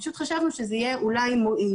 פשוט חשבנו שזה יהיה אולי מועיל.